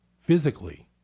physically